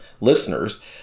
listeners